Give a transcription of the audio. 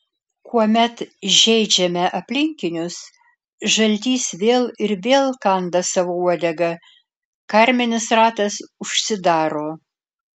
kuomet žeidžiame aplinkinius žaltys vėl ir vėl kanda savo uodegą karminis ratas užsidaro